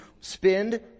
Spend